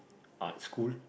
art school